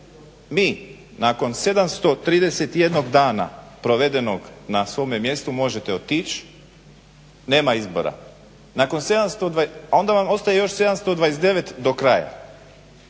vi nakon 731 dana provedenog na svome mjestu možete otići, nema izbora. A onda vam ostaje još 729 do kraja,